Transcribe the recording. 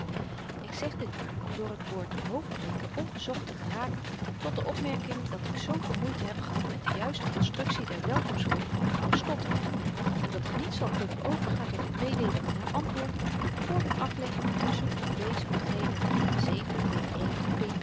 ik zeg dit maar om door t woord hoofdbreken ongezocht te geraken tot de opmerking dat ik zooveel moeite heb gehad met de juiste konstruktie der welkomstgroet van vrouw stotter en dat ik niet zal kunnen overgaan tot het meedeelen van haar antwoord voor t afleggen van n bezoek op dezen of genen iii b